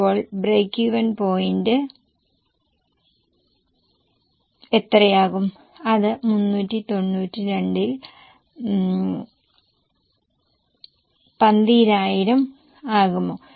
അപ്പോൾ break even point എത്രയാകും അത് 392 ൽ 12000 ആകുമോ